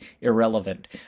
irrelevant